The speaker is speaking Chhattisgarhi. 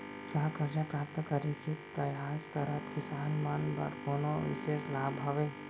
का करजा प्राप्त करे के परयास करत किसान मन बर कोनो बिशेष लाभ हवे?